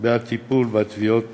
בעד טיפול בתביעות